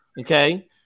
Okay